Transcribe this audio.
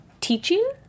teaching